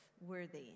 worthy